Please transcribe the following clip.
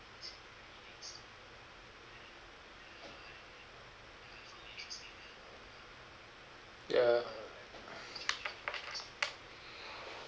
ya